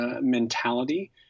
mentality